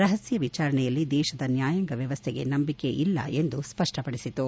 ರಹಸ್ಯ ವಿಚಾರಣೆಯಲ್ಲಿ ದೇಶದ ನ್ಯಾಯಾಂಗ ವ್ಯವಸ್ಥೆಗೆ ನಂಬಿಕೆ ಇಲ್ಲ ಎಂದು ಸ್ಪಷ್ಟಪಡಿಸಿತು